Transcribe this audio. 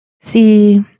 See